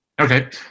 Okay